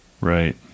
right